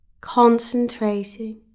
Concentrating